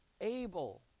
Abel